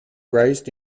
raised